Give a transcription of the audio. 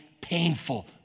painful